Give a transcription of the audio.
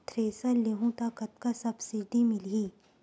Thresher लेहूं त कतका सब्सिडी मिलही?